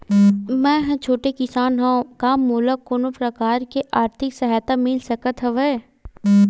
मै ह छोटे किसान हंव का मोला कोनो प्रकार के आर्थिक सहायता मिल सकत हवय?